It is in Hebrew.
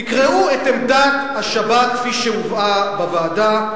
תקראו את עמדת השב"כ כפי שהובאה בוועדה.